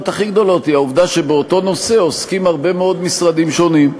הכי גדולות היא העובדה שבאותו נושא עוסקים הרבה מאוד משרדים שונים,